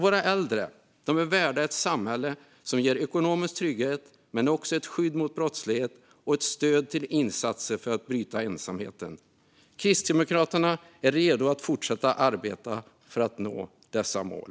Våra äldre är värda ett samhälle som ger både ekonomisk trygghet, ett skydd mot brottslighet och ett stöd till insatser för att bryta ensamheten. Kristdemokraterna är redo att fortsätta arbeta för att nå dessa mål.